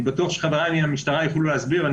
אני בטוח שחבריי למשטרה יוכלו להסביר.